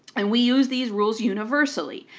and we use these rules universally.